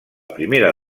primera